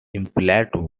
implied